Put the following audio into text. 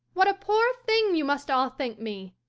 what a poor thing you must all think me!